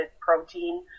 protein